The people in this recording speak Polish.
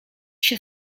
się